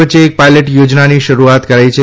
વચ્ચે એક પાયલોટ યોજનાની શરૂઆત કરાઈ છે